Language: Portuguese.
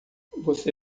você